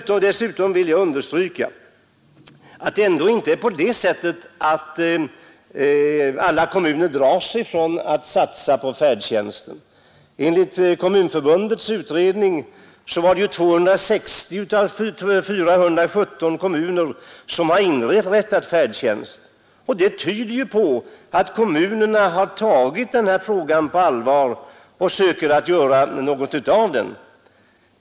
Jag vill understryka att det inte är på det sättet att alla kommuner drar sig för att satsa på färdtjänsten. Enligt Kommunförbundets utredning har 260 av 417 kommuner inrättat färdtjänst. Det tyder på att kommunerna har tagit denna fråga på allvar och försöker göra någonting av detta.